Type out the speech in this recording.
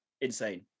insane